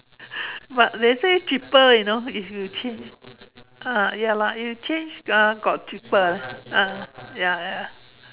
but they say cheaper you know if you change ah ya lah if you change uh got cheaper leh ah ya ya